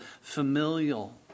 familial